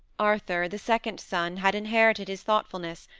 arthur, the second son, had inherited its thoughtfulness,